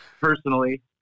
Personally